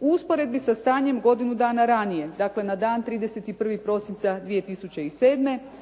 U usporedbi sa stanjem godinu dana ranije, dakle na dana 31. prosinca 2007.